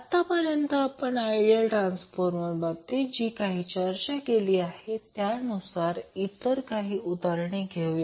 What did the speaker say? आत्तापर्यंत आपण ideal transformer बाबतीत जी काही चर्चा केली त्यानुसार इतर काही उदाहरणे घेऊया